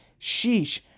Sheesh